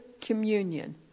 communion